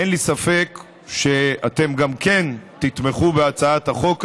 אין לי ספק שגם אתם תתמכו בהצעת החוק הזאת.